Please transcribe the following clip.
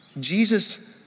Jesus